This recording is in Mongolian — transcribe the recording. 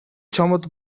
чамд